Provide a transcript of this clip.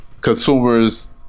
consumers